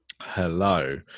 Hello